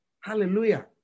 Hallelujah